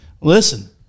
Listen